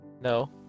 no